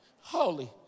holy